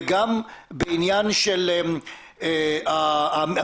וגם בעניין המבנים,